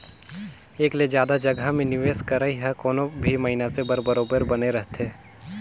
एक ले जादा जगहा में निवेस करई ह कोनो भी मइनसे बर बरोबेर बने रहथे